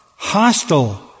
hostile